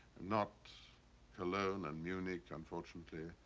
not cologne and munich unfortunately.